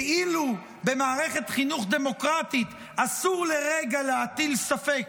כאילו במערכת חינוך דמוקרטית אסור לרגע להטיל ספק.